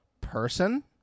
person